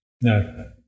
no